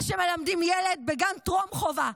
מה שמלמדים ילד בגן טרום-חובה,